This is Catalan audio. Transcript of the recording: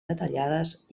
detallades